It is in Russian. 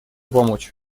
помочь